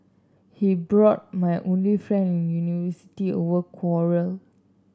he brought my only friend in university our quarrel